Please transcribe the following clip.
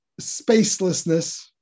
spacelessness